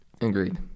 Agreed